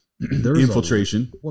infiltration